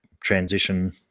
transition